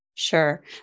Sure